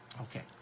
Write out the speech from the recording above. Okay